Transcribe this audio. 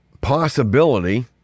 possibility